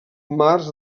mars